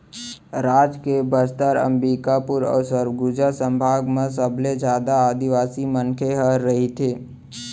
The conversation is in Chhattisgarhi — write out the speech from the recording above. राज के बस्तर, अंबिकापुर अउ सरगुजा संभाग म सबले जादा आदिवासी मनखे ह रहिथे